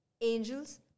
Angels